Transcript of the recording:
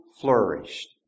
flourished